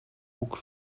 boek